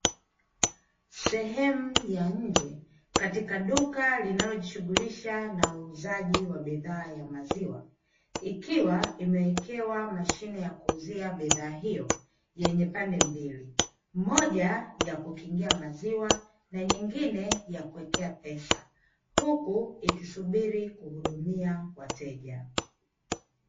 Sehemu ya nje ,katika duka linalojishughulisha na uuzaji wa bidhaa ya maziwa. Ikiwa imekewa mashine ya kuuzia bidhaa hiyo yenye pande mbili ,moja ya kukingia maziwa na nyingine ya kuwekea pesa huku ikisubiri kuhudumia wateja.